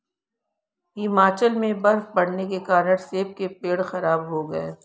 हिमाचल में बर्फ़ पड़ने के कारण सेब के पेड़ खराब हो गए